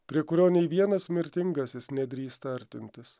prie kurio nei vienas mirtingasis nedrįsta artintis